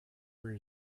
where